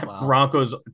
Broncos